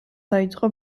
დაიწყო